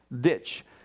ditch